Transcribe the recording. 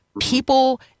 people